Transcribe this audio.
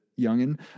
youngin